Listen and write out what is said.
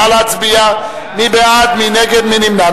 נא להצביע, מי בעד, מי נגד, מי נמנע.